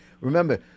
remember